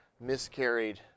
miscarried